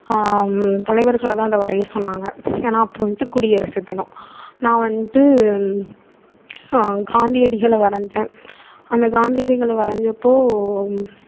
தலைவர்களை தான் அதை வரைய சொன்னாங்க ஏன்னா அப்போ வந்துட்டு குடியரசு தினம் நான் வந்துட்டு காந்தியடிகளை வரைஞ்சேன் அந்த காந்தியடிகளை வரைஞ்சப்போ